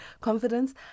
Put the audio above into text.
Confidence